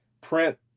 print